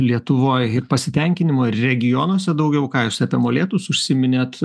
lietuvoj ir pasitenkinimo ir regionuose daugiau ką jūs apie molėtus užsiminėt